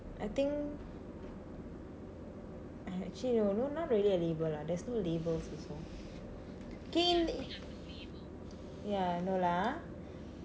I think actually no not really a label lah there's no labels கேள்:keel ya no lah